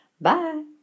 Bye